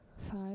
five